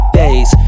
days